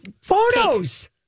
Photos